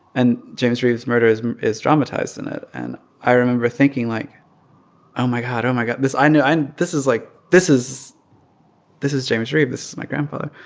and james reeb's murder is is dramatized in it. and i remember thinking, like oh, my god. oh, my god. i know i'm this is like this is this is james reeb. this is my grandpa.